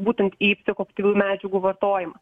būtent į psichoaktyvių medžiagų vartojimą